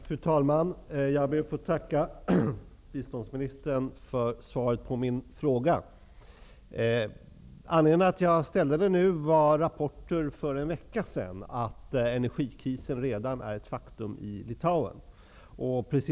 Fru talman! Jag ber att få tacka biståndsministern för svaret på min fråga. Anledningen till att jag har ställt frågan nu är den rapport som kom för en vecka sedan om att energikrisen redan är ett faktum i Litauen.